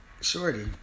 shorty